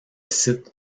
site